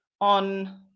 on